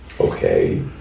Okay